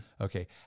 Okay